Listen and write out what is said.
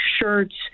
shirts